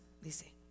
Dice